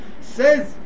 Says